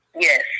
Yes